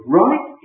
right